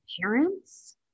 parents